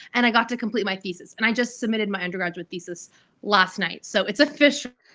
and i got to complete my thesis and i just submitted my undergraduate thesis last night. so it's officially.